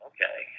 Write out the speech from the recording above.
Okay